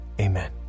amen